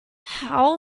how